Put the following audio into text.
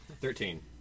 Thirteen